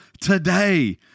today